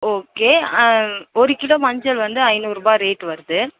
okay ஒரு kilo மஞ்சள் வந்து ஐந்நூறுரூபா ரேட் வருது